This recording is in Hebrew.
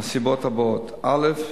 מהסיבות האלה: א.